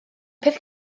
peth